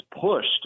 pushed